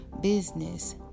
business